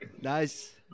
Nice